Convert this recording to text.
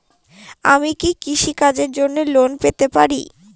আমি কি কৃষি কাজের জন্য লোন পেতে পারি?